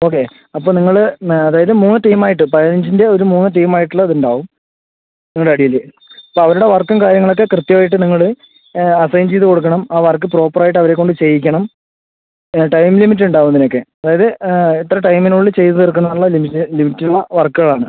okay അപ്പോൾ നിങ്ങൾ അതായത് മൂന്ന് ടീം ആയിട്ട് പതിനഞ്ചിന്റെ ഒരു മൂന്ന് ടീം ആയിട്ട് ഉള്ള ഇത് ഉണ്ടാവും നിങ്ങളുടെ അടിയിൽ അപ്പോൾ അവരുടെ വർക്കും കാര്യങ്ങൾ ഒക്കെ കൃത്യം ആയിട്ട് നിങ്ങള് അസൈൻ ചെയ്ത് കൊടുക്കണം ആ വർക്ക് പ്രോപ്പർ ആയിട്ട് അവരെ കൊണ്ട് ചെയ്യിക്കണം ആ ടൈം ലിമിറ്റ് ഉണ്ടാവും ഇതിന് ഒക്കെ അതായത് ഇത്ര ടൈമിന് ഉള്ളിൽ ചെയ്ത് തീർക്കുന്ന ലിമിറ്റ് ലിമിറ്റ് ഉള്ള വർക്കുകൾ ആണ്